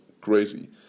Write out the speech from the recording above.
crazy